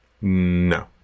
No